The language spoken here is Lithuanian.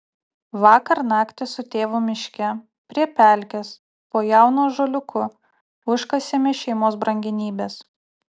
vakar naktį su tėvu miške prie pelkės po jaunu ąžuoliuku užkasėme šeimos brangenybes